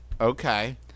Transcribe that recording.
Okay